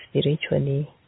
spiritually